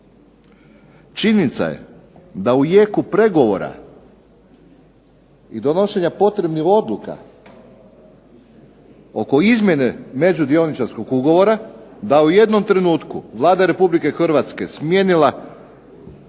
Činjenica je da u jeku pregovora i donošenja potrebnih odluka oko izmjene među dioničarskog ugovora da u jednom trenutku Vlada Republike Hrvatske smijenila ili